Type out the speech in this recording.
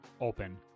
open